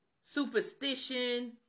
Superstition